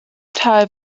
teil